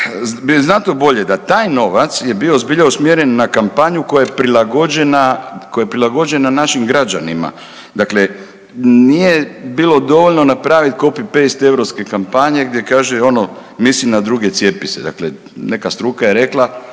znatno bolje da taj novac je bio zbilja usmjeren na kampanju koja je prilagođena našim građanima. Dakle nije bilo dovoljno napraviti copy paste europske kampanje, gdje kaže ono „Misli na druge, cijepi se“. Dakle, neka struka je rekla